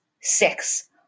Six